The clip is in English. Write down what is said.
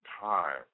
time